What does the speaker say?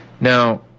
Now